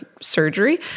surgery